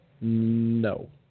No